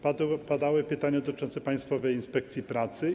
Padały pytania dotyczące Państwowej Inspekcji Pracy.